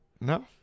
no